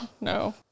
No